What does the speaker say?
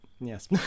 Yes